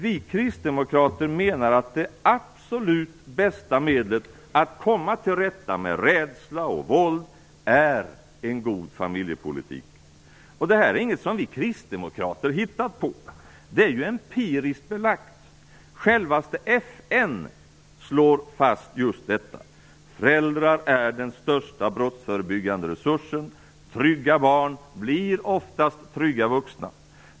Vi kristdemokrater menar att det absolut bästa medlet att komma till rätta med rädsla och våld är en god familjepolitik. Det är inget som vi kristdemokrater hittat på. Det är ju empiriskt belagt. Självaste FN slår fast just detta. Föräldrar är den största brottsförebyggande resursen. Trygga barn blir oftast trygga vuxna.